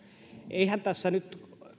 eihän siinä nyt